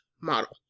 model